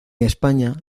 españa